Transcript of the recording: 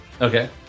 Okay